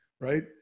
right